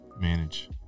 manage